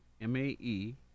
M-A-E